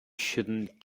shouldn’t